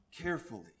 carefully